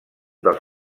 dels